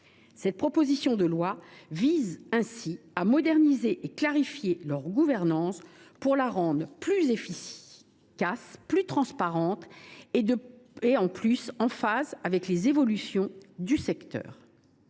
Cette proposition de loi vise donc à moderniser et à clarifier leur gouvernance pour la rendre plus efficace, plus transparente et plus en phase avec les évolutions du secteur.